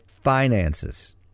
finances